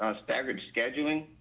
ah staggered scheduling,